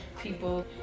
people